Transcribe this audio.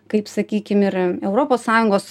kaip sakykim ir europos sąjungos